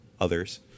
others